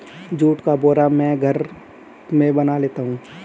जुट का बोरा मैं घर में बना लेता हूं